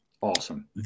awesome